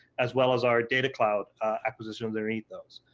as well as our data cloud acquisitions underneath those.